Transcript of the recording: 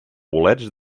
bolets